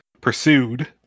pursued